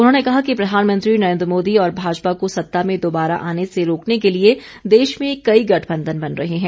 उन्होंने कहा कि प्रधानमंत्री नरेन्द्र मोदी और भाजपा को सत्ता में दोबारा आने से रोकने के लिए देश में कई गठबंधन बन रहे हैं